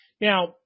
Now